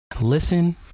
Listen